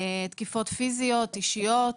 תקיפות פיזיות, אישיות.